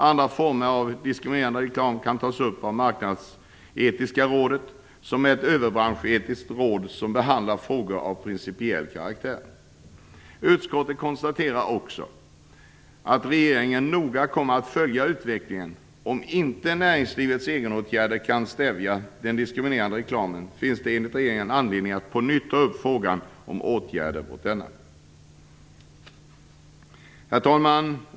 Andra former av diskriminerande reklam tas upp av Marknadsetiska rådet, som är ett överbranschetiskt råd som behandlar frågor av principiell karaktär. Utskottet konstaterar också att regeringen noga kommer att följa utvecklingen. Om inte näringslivets egenåtgärder kan stävja den diskriminerande reklamen finns det enligt regeringen anledning att på nytt ta upp frågan om åtgärder mot denna. Herr talman!